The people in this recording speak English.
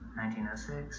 1906